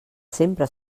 sempre